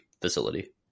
facility